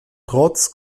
trotz